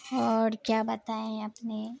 اور کیا بتائیں اپنے